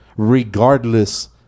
Regardless